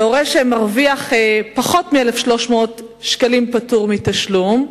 שהורה שמרוויח פחות מ-1,300 שקלים פטור מתשלום,